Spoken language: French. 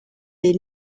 des